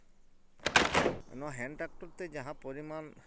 ᱱᱚᱣᱟ hectare ᱛᱮ ᱡᱟᱦᱟᱸ ᱯᱚᱨᱤᱢᱟᱱ